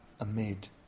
amid